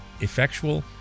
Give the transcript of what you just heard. effectual